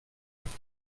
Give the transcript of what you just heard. would